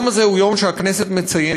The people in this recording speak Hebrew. היום הזה הוא יום שהכנסת מציינת,